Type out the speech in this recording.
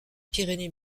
pyrénées